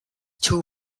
two